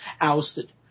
ousted